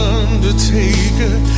undertaker